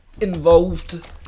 involved